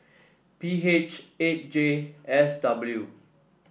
P H eight J S W